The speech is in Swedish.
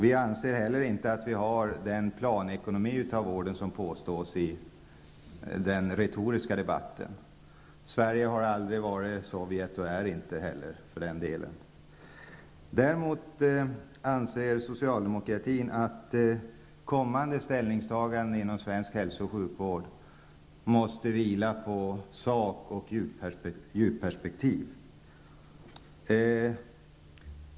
Vi anser inte heller att vården drivs i en planekonomi, som påstås i den retoriska debatten. Sverige har aldrig varit ett Sovjet och är det inte nu heller. Däremot anser socialdemokratin att kommande ställningstaganden inom svensk hälso och sjukvård måste vila på sak och djupperspektiv.